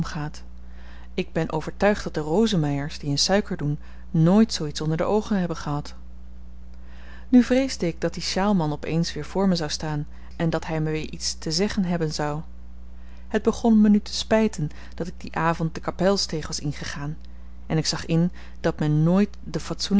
ik ben overtuigd dat de rosemeyers die in suiker doen nooit zoo iets onder de oogen hebben gehad nu vreesde ik dat die sjaalman op eens weer voor me zou staan en dat hy me weer iets te zeggen hebben zou het begon me nu te spyten dat ik dien avend de kapelsteeg was ingegaan en ik zag in dat men nooit den